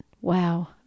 wow